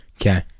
Okay